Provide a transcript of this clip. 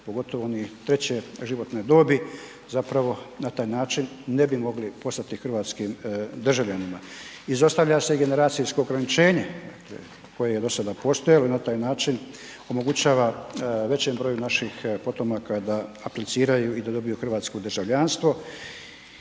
pogotovo oni treće životne dobi zapravo na taj način ne bi mogli postati hrvatskim državljanima. Izostavlja se i generacijsko ograničenje koje je dosada postojalo i na taj način omogućava većem broju naših potomaka da apliciraju i da dobiju hrvatsko državljanstvo